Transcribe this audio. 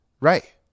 Right